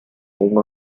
mismo